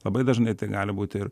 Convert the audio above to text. labai dažnai tai gali būti ir